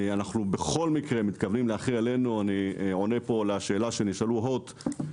אנחנו בכל מקרה מתכוונים להחיל עלינו אני עונה פה לשאלה שנשאלה הוט,